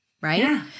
right